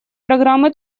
программы